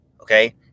okay